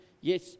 yes